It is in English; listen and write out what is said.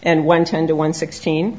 and one ten to one sixteen